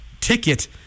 ticket